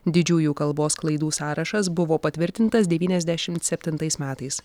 didžiųjų kalbos klaidų sąrašas buvo patvirtintas devyniasdešimt septintais metais